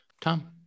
Tom